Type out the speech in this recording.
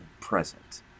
present